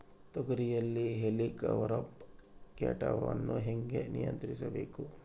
ತೋಗರಿಯಲ್ಲಿ ಹೇಲಿಕವರ್ಪ ಕೇಟವನ್ನು ಹೇಗೆ ನಿಯಂತ್ರಿಸಬೇಕು?